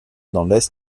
hongrie